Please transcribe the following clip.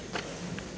Hvala